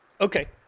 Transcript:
Okay